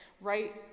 right